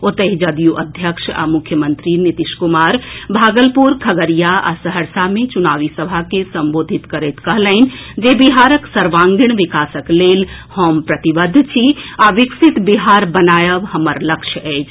ओतहि जदयू अध्यक्ष आ मुख्यमंत्री नीतीश कुमार भागलपुर खगड़िया आ सहरसा मे चुनावी सभा के संबोधित करैत कहलनि जे बिहारक सर्वांगीण विकासक लेल हम प्रतिबद्ध छी आ विकसित बिहार बनायब हमर लक्ष्य अछि